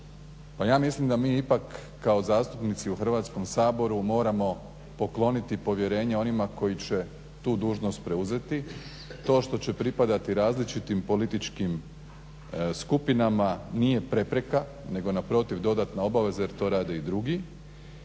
ja mislim da mi ipak kao zastupnici u Hrvatskom saboru moramo pokloniti povjerenje onima koji će tu dužnost preuzeti. To što će pripadati različitim političkim skupinama nije prepreka nego naprotiv dodatna obaveza jer to rade i drugi,